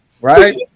right